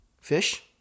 fish